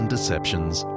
Deceptions